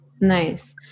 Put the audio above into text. Nice